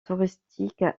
touristique